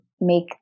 make